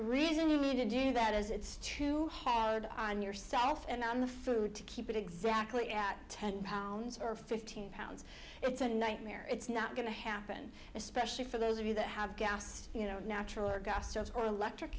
reason you need to do that is it's too hard on yourself and on the food to keep it exactly at ten pounds or fifteen pounds it's a nightmare it's not going to happen especially for those of you that have gas you know natural or